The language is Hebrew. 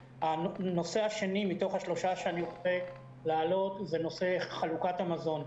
הנושא השני מתוך השלושה שאני רוצה להעלות הוא נושא חלוקת המזון.